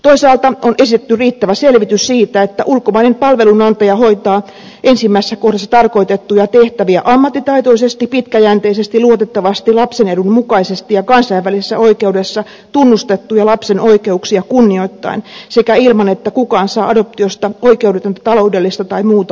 toisaalta on esitetty riittävä selvitys siitä että ulkomainen palvelunantaja hoitaa ensimmäisessä kohdassa tarkoitettuja tehtäviä ammattitaitoisesti pitkäjänteisesti luotettavasti lapsen edun mukaisesti ja kansainvälisessä oikeudessa tunnustettuja lapsen oikeuksia kunnioittaen sekä ilman että kukaan saa adoptiosta oikeudetonta taloudellista tai muuta hyötyä